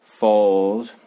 fold